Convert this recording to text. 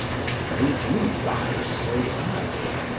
what made you rise so early?